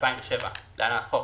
התשס"ח- 2007 (להלן- החוק),